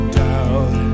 doubt